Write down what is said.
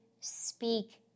speak